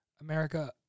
America